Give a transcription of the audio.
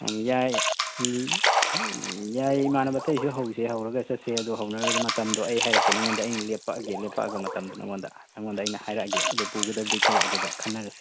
ꯎꯝ ꯌꯥꯏ ꯃꯤ ꯌꯥꯏ ꯏꯃꯥꯅꯕ ꯑꯇꯩꯁꯨ ꯍꯧꯁꯦ ꯍꯧꯔꯒ ꯆꯠꯁꯦ ꯑꯗꯨ ꯍꯧꯅꯔꯒ ꯃꯇꯝꯗꯣ ꯑꯩ ꯍꯥꯏꯔꯛꯀꯦ ꯅꯉꯣꯟꯗ ꯑꯩꯅ ꯂꯦꯞꯄꯛꯑꯒꯦ ꯂꯦꯞꯄꯛꯑꯒ ꯃꯇꯝꯗꯨ ꯅꯉꯣꯟꯗ ꯅꯉꯣꯟꯗ ꯑꯩꯅ ꯍꯥꯏꯔꯛꯑꯒꯦ ꯑꯗꯨ ꯄꯨꯒꯗꯕꯗꯤ ꯑꯩꯈꯣꯏ ꯑꯗꯨꯗ ꯈꯟꯅꯔꯁꯤ